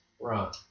Right